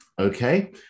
Okay